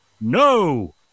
no